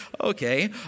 Okay